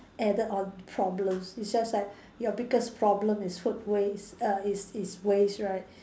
added on problems it's just that your biggest problem is food waste err is is waste right